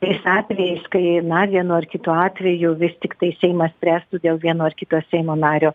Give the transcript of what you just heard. tais atvejais kai na vienu ar kitu atveju vis tiktai seimas spręstų dėl vieno ar kito seimo nario